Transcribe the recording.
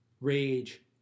rage